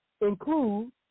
include